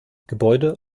gebäude